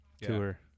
tour